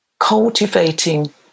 cultivating